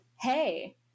Hey